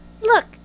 Look